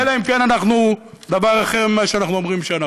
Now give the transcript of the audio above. אלא אם כן אנחנו דבר אחר ממה שאנחנו אומרים שאנחנו.